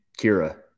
Kira